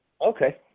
Okay